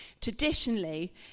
traditionally